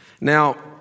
Now